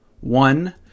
One